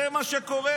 זה מה שקורה.